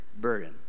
burden